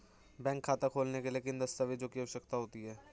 Bank खाता खोलने के लिए किन दस्तावेज़ों की आवश्यकता होती है?